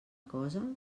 cosa